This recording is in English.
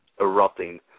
erupting